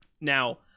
Now